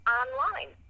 online